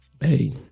hey